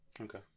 okay